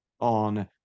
on